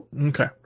Okay